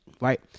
Right